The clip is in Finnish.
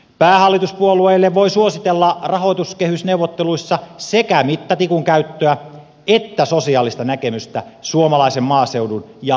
päähallituspuolueille voi suositella rahoituskehysneuvotteluissa sekä mittatikun käyttöä että sosiaalista näkemystä suomalaisen maaseudun ja aluekehityksen puolesta